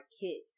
kids